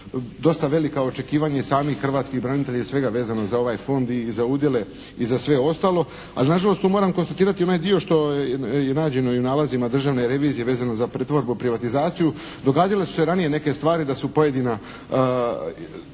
dosta velika očekivanja i samih hrvatskih branitelja i svega vezano za ovaj Fond i za udjele i za sve ostalo. Ali nažalost tu moram konstatirati onaj dio što je nađeno i u nalazima Državne revizije vezano za pretvorbu i privatizaciju. Događale su se ranije neke stvari da su pojedina